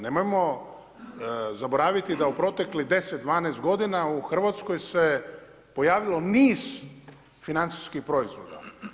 Nemojmo zaboraviti da u proteklih 10, 12 godina u Hrvatskoj se pojavilo niz financijskih proizvoda.